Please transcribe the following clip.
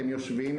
הם יושבים,